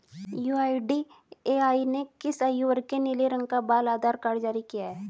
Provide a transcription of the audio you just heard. UIDAI ने किस आयु वर्ग के लिए नीले रंग का बाल आधार कार्ड जारी किया है?